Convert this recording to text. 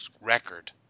record